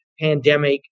pandemic